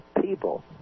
people